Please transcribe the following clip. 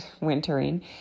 wintering